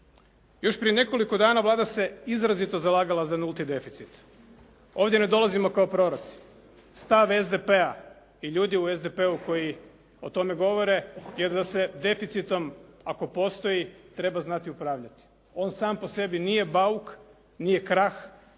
Još prije nekoliko dana Vlada se izrazito zalagala za nulti deficit. Ovdje ne dolazimo kao proroci. Stav SDP-a i ljudi u SDP-u koji o tome govore je da se deficitom, ako postoji treba znati upravljati. On samo po sebi nije bauk, nije krah